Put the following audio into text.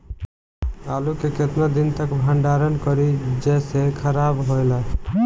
आलू के केतना दिन तक भंडारण करी जेसे खराब होएला?